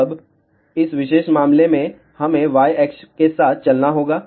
अब इस विशेष मामले में हमें y अक्ष के साथ चलना होगा